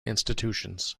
institutions